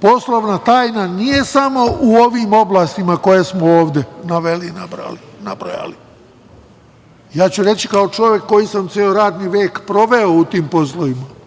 poslovna tajna nije samo u ovim oblastima koje smo ovde naveli i nabrojali, ja ću reći kao čovek koji sam ceo radni vek proveo u tim poslovima,